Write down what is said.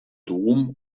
dom